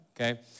okay